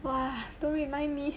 !wah! don't remind me